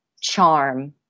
charm